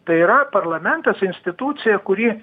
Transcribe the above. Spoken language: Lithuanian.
tai yra parlamentas institucija kuri